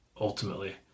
ultimately